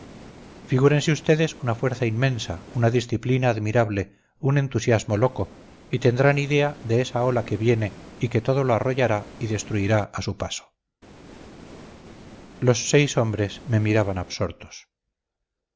figúrense ustedes una fuerza inmensa una disciplina admirable un entusiasmo loco y tendrán idea de esa ola que viene y que todo lo arrollará y destruirá a su paso los seis hombres me miraban absortos